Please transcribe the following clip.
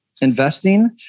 investing